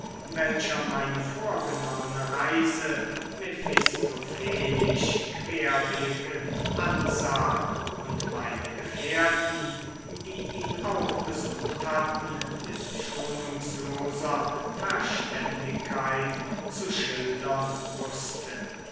welcher meine vorgenommene reise mephistophelisch querblickend ansah und meine gefährten die ihn auch besucht hatten mit schonungsloser verständigkeit zu schildern wußte